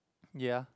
ya